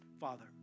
Father